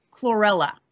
chlorella